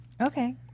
Okay